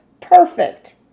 Perfect